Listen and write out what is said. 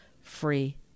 free